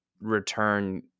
return